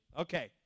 Okay